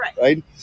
right